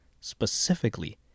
specifically